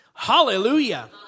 Hallelujah